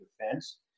defense